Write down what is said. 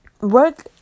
work